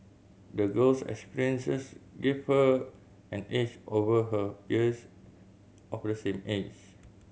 the girl's experiences gave her an edge over her peers of the same age